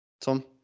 Tom